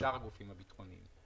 שאר הגופים הביטחוניים.